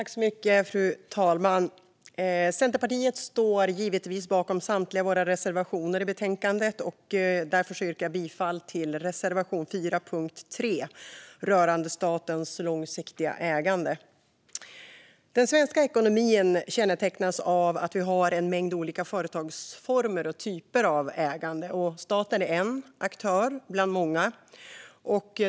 Fru talman! Jag yrkar bifall till Centerpartiets reservation 4 under punkt 3, som handlar om statens långsiktiga ägande. Den svenska ekonomin kännetecknas av att vi har en mängd olika företagsformer och typer av ägande. Staten är en aktör bland många.